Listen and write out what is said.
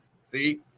See